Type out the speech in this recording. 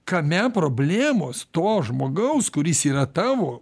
kame problemos to žmogaus kuris yra tavo